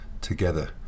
together